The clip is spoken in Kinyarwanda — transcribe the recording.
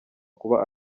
kuba